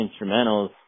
instrumentals